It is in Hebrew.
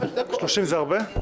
30 זה הרבה?